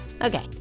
Okay